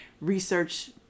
research